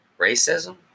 Racism